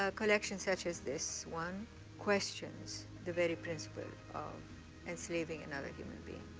ah collection such as this one questions the very principle of enslaving another human being.